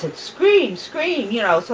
and scream, scream you know, so